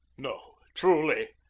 no, truly!